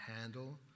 handle